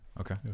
Okay